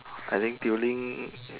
I think during